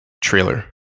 trailer